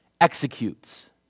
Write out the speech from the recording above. executes